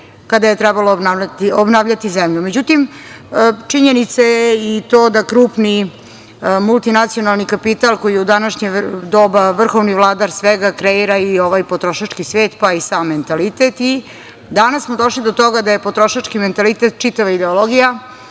kada je trebalo obnavljati zemlju.Međutim, činjenica je i to da krupni multinacionalni kapital, koji je u današnje doba vrhovni vladar svega, kreira i ovaj potrošački svet, pa i sam mentalitet. Danas smo došli do toga da je potrošački mentalitet čitava ideologija